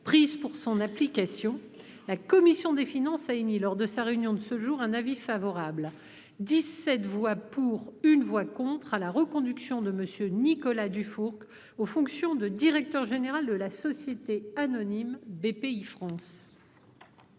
prises pour son application, la commission des finances a émis, lors de sa réunion de ce jour, un avis favorable- 17 voix pour, 1 voix contre -à la reconduction de M. Nicolas Dufourcq aux fonctions de directeur général de la société anonyme Bpifrance.